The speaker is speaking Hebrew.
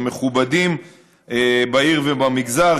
עם מכובדים בעיר ובמגזר,